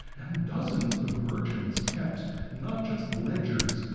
and dozens of merchants kept not just ledgers,